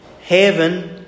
heaven